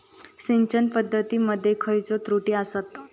सिंचन पद्धती मध्ये खयचे त्रुटी आसत?